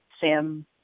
Sam